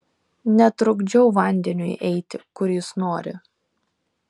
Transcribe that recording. netrukdžiau vandeniui eiti kur jis nori